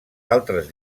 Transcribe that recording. altres